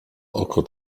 oko